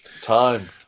Time